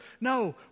No